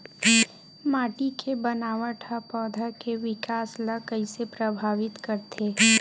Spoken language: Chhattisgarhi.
माटी के बनावट हा पौधा के विकास ला कइसे प्रभावित करथे?